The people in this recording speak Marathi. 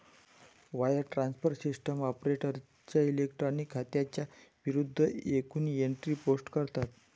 वायर ट्रान्सफर सिस्टीम ऑपरेटरच्या इलेक्ट्रॉनिक खात्यांच्या विरूद्ध एकूण एंट्री पोस्ट करतात